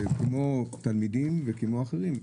כמו תלמידים וכמו אחרים,